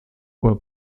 were